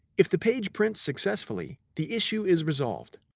if the page prints successfully, the issue is resolved.